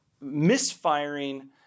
misfiring